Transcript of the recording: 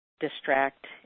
Distract